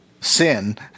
sin